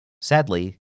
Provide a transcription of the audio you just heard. Sadly